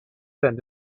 said